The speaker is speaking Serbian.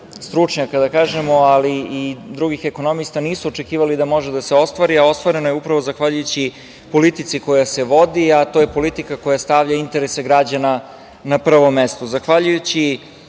stručnjaka, ali i drugih ekonomista nisu očekivali da može da se ostvari, a ostvareno je upravo zahvaljujući politici koja se vodi, a to je politika koja stavlja interese građana na prvo mesto.